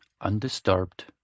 undisturbed